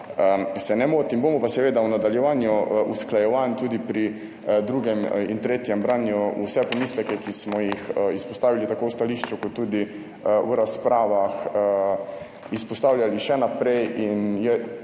Bomo pa seveda v nadaljevanju usklajevanj tudi pri drugem in tretjem branju vse pomisleke, ki smo jih izpostavili tako v stališču kot tudi v razpravah, izpostavljali še naprej.